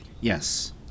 Yes